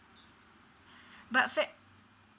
but fact~